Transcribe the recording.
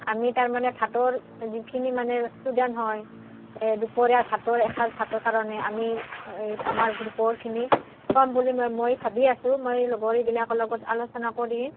আমি তাৰমানে ভাতৰ যিখিনি মানে ষ্টুডেণ্ট হয় দুপৰীয়া ভাতৰ এসাঁজ ভাতৰ কাৰণে আমি এই আমাৰ গ্ৰুপৰখিনি খোৱাম বুলি মই মই ভাবি আছোঁ মই লগৰীবিলাকৰ লগত আলোচনা কৰি